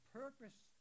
purpose